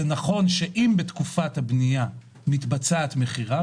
זה נכון שאם בתקופת הבנייה מתבצעת מכירה,